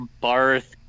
Barth